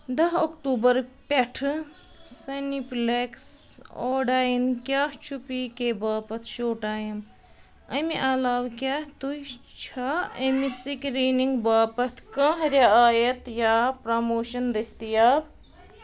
دَہ اوٚکٹوٗبر پٮ۪ٹھٕ Cineplex Odeon کیٛاہ چھُ پی کے باپتھ شو ٹایِم اَمہِ علاوٕ کیٛاہ تُہۍ چھا اَمہِ سِکریٖنِنٛگ باپتھ کانٛہہ رعایت یا پرٛموشن دٔستیاب